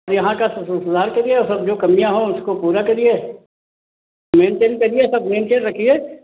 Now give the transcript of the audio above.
अब यहाँ का सुधार करिए और सब जो कमियाँ हों उसको पूरा करिए मेन्टेन करिए सब मेन्टेन रखिए